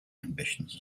ambitions